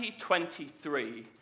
2023